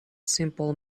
simple